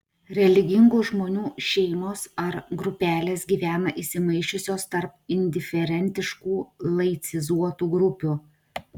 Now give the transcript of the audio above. religingų žmonių šeimos ar grupelės gyvena įsimaišiusios tarp indiferentiškų laicizuotų grupių